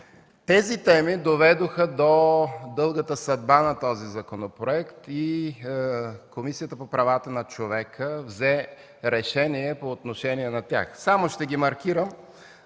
Тези теми доведоха до дългата съдба на този законопроект и Комисията по правата на човека взе решение по отношение на тях. Само ще ги маркирам.